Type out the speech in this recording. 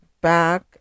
back